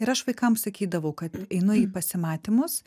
ir aš vaikam sakydavau kad einu į pasimatymus